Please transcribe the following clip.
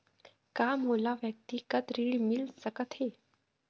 का मोला व्यक्तिगत ऋण मिल सकत हे?